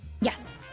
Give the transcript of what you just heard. Yes